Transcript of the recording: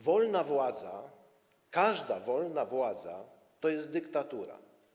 Wolna władza, każda wolna władza to jest dyktatura.